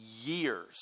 years